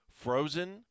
frozen